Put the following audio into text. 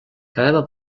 quedava